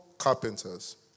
carpenters